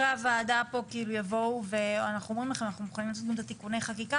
אנחנו מוכנים גם לעשות את תיקוני החקיקה.